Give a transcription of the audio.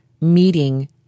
meeting